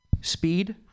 Speed